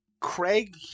craig